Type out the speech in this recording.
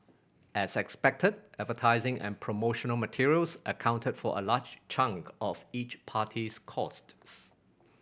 as expected advertising and promotional materials accounted for a large chunk of each party's costs